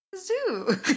Zoo